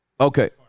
Okay